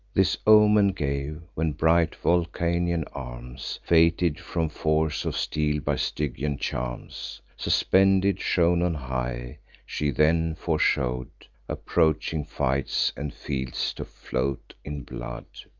this omen gave, when bright vulcanian arms, fated from force of steel by stygian charms, suspended, shone on high she then foreshow'd approaching fights, and fields to float in blood.